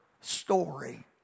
Story